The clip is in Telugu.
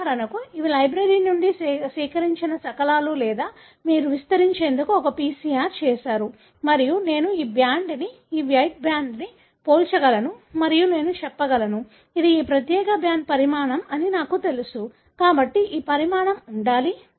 ఉదాహరణకు ఇవి లైబ్రరీ నుండి సేకరించిన శకలాలు లేదా మీరు విస్తరించేందుకు ఒక PCR చేసారు మరియు నేను ఈ బ్యాండ్ని ఈ వైట్ బ్యాండ్ని పోల్చగలను మరియు నేను చెప్పగలను ఇది ఈ ప్రత్యేక బ్యాండ్ పరిమాణం అని నాకు తెలుసు కాబట్టి ఈ పరిమాణం ఉండాలి